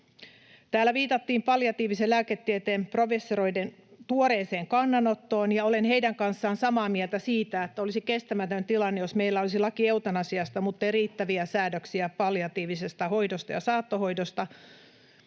Täällä viitattiin palliatiivisen lääketieteen professoreiden tuoreeseen kannanottoon, ja olen heidän kanssaan samaa mieltä siitä, että olisi kestämätön tilanne, jos meillä olisi laki eutanasiasta, muttei riittäviä säädöksiä palliatiivisesta hoidosta ja saattohoidosta.